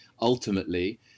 ultimately